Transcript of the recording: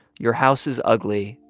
your house is ugly.